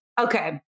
Okay